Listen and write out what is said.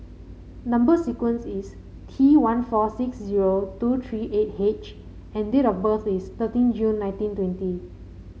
number sequence is T one four six zero two three eight H and date of birth is thirteen June nineteen twenty